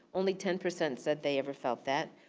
only ten percent said they ever felt that,